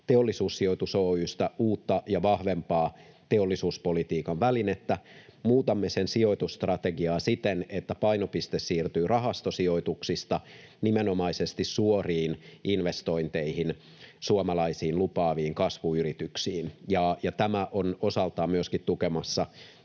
Teollisuussijoitus Oy:stä uutta ja vahvempaa teollisuuspolitiikan välinettä. Muutamme sen sijoitusstrategiaa siten, että painopiste siirtyy rahastosijoituksista nimenomaisesti suoriin investointeihin suomalaisiin lupaaviin kasvuyrityksiin. Tämä on osaltaan myöskin tukemassa